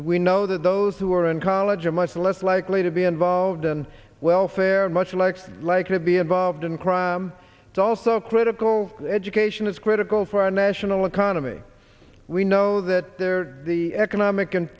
that we know that those who are in college much less likely to be involved and welfare much less likely to be involved in crime it's also critical education is critical for our national economy we know that there the economic and